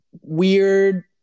weird